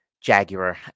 jaguar